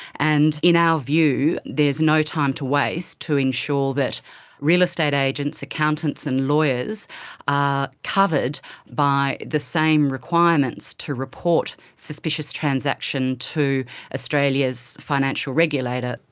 and in our view there's no time to waste to ensure that real estate agents, accountants and lawyers are covered by the same requirements to report suspicious transaction to australia's financial regulator.